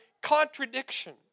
contradiction